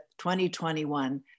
2021